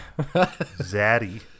Zaddy